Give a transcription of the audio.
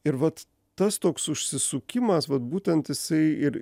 ir vat tas toks užsisukimas vat būtent jisai ir